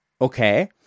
Okay